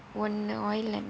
ஒன்னு:onnu oil lamp